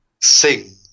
sing